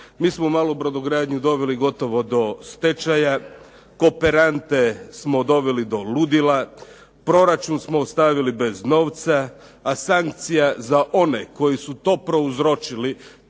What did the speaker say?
Mi smo malu brodogradnju doveli gotovo do stečaja, kooperante smo doveli do ludila, proračun smo ostavili bez novca, a sankcija za one koji su to prouzročili